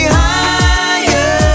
higher